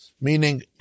meaning